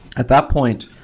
at that point,